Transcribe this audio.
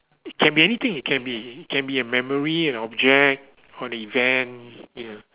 it can be anything it can be can be a memory an object or a event you know